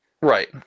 Right